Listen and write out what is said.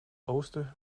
oosten